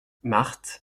marthe